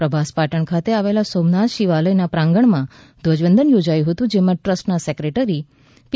પ્રભાસ પાટણ ખાતે આવેલા સોમનાથ શિવાલય ના પ્રાંગણ માં ધવજ વંદન યોજાયું હતું જેમાં ટ્રસ્ટ ના સેક્રેટરી પી